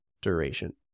duration